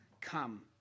come